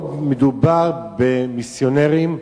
פה מדובר במיסיונרים,